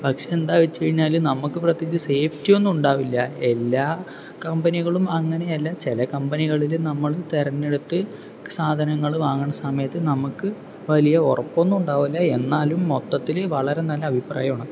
പക്ഷേ എന്താന്ന് വച്ച് കഴിഞ്ഞാല് നമുക്ക് പ്രത്യേകിച്ച് സേഫ്റ്റി ഒന്നും ഉണ്ടാവില്ല എല്ലാ കമ്പനികളും അങ്ങനെയല്ല ചില കമ്പനികളില് നമ്മൾ തെരഞ്ഞെടുത്ത് സാധനങ്ങള് വാങ്ങണ സമയത്ത് നമുക്ക് വലിയ ഉറപ്പൊന്നും ഉണ്ടാവില്ല എന്നാലും മൊത്തത്തില് വളരെ നല്ല അഭിപ്രായം ആണ്